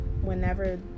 whenever